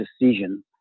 decision